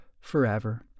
forever